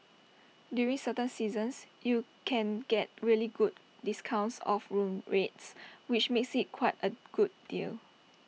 during certain seasons you can get really good discounts off room rates which makes IT quite A good deal